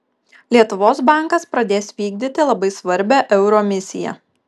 lietuvos bankas pradės vykdyti labai svarbią euro misiją